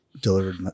delivered